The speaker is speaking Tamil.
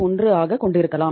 61 ஆகக் கொண்டிருக்கலாம்